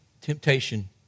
temptation